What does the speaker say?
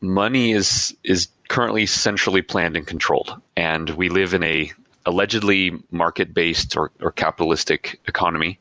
money is is currently centrally planned and controlled, and we live in a allegedly market-based or or capitalistic economy